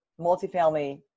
multifamily